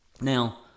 now